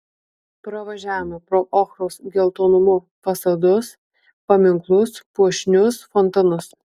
pravažiavome pro ochros geltonumo fasadus paminklus puošnius fontanus